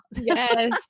Yes